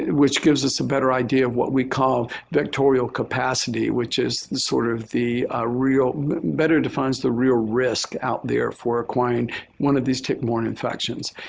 which gives us a better idea of what we call vectorial capacity, which is sort of the ah real better defines the real risk out there for acquiring one of these tick-borne infections.